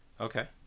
Okay